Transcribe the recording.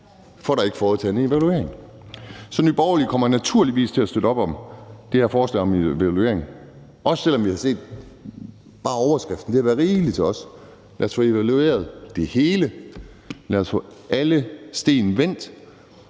for der er ikke foretaget en evaluering. Så Nye Borgerlige kommer naturligvis til at støtte op om det her forslag om en evaluering, også selv om vi bare har set overskriften. Det har været rigeligt for os. Lad os få evalueret det hele, lad os få alle sten vendt,